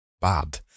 bad